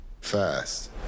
Fast